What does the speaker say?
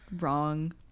wrong